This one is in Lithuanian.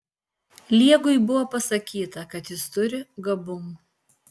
liegui buvo pasakyta kad jis turi gabumų